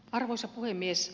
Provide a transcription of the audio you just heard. arvoisa puhemies